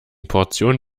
portion